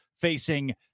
facing